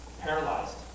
paralyzed